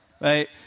right